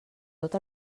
tot